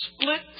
split